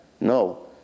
No